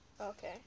Okay